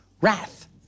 wrath